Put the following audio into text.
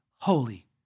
Holy